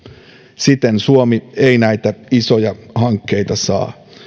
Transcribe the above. siten suomi ei näitä isoja hankkeita saa